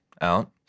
out